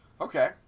Okay